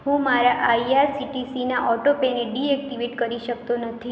હું મારા I R C T સીના ઓટો પેને ડિએક્ટીવેટ કરી શકતો નથી